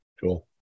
Cool